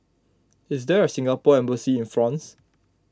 is there a Singapore Embassy in France